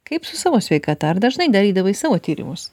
kaip su savo sveikata ar dažnai darydavai savo tyrimus